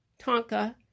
tonka